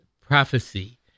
prophecy